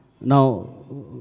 Now